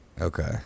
Okay